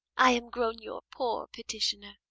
i am grown your poor petitioner,